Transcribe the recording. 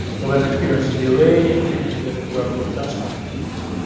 they'll then experience a delay in treatment with a drug that does help the patient.